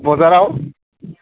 बाजाराव